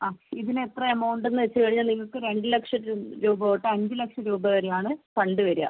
അ ഇതിന് എത്ര അമൗണ്ടെന്ന് വച്ചുകഴിഞ്ഞാൽ നിങ്ങൾക്ക് രണ്ട് ലക്ഷം രൂപ തൊട്ട് അഞ്ച് ലക്ഷം രൂപ വരെയാണ് ഫണ്ട് വരിക